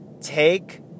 take